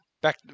back